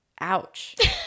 Ouch